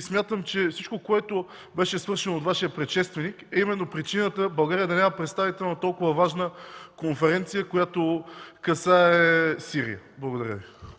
Смятам, че всичко, което беше свършено от Вашия предшественик, е именно причината България да няма представител на толкова важна конференция, която касае Сирия. Благодаря Ви. ПРЕДСЕДАТЕЛ МАЯ МАНОЛОВА: